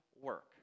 work